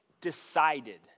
decided